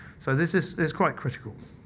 so this is is quite critical.